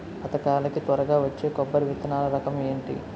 పథకాల కి త్వరగా వచ్చే కొబ్బరి విత్తనాలు రకం ఏంటి?